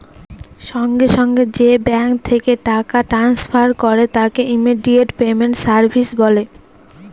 সঙ্গে সঙ্গে যে ব্যাঙ্ক থেকে টাকা ট্রান্সফার করে তাকে ইমিডিয়েট পেমেন্ট সার্ভিস বলে